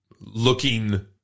Looking